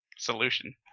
solution